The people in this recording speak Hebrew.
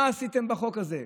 מה עשיתם בחוק הזה?